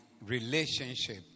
relationship